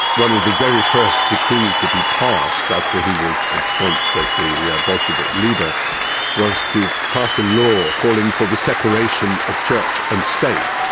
one of the very first decrees that he passed after he was ensconced as the bolshevik leader was to pass a law calling for the separation of church and state.